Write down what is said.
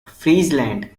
friesland